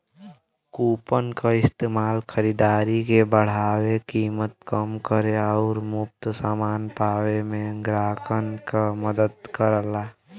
coupon क इस्तेमाल खरीदारी के बढ़ावे, कीमत कम करे आउर मुफ्त समान पावे में ग्राहकन क मदद करला